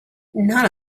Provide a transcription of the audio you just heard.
none